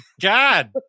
God